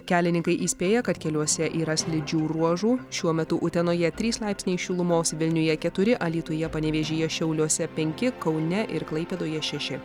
kelininkai įspėja kad keliuose yra slidžių ruožų šiuo metu utenoje trys laipsniai šilumos vilniuje keturi alytuje panevėžyje šiauliuose penki kaune ir klaipėdoje šeši